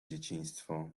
dzieciństwo